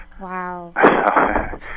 Wow